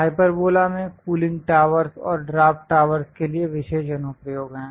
hyperbola में cooling tower और draft tower के लिए विशेष अनुप्रयोग हैं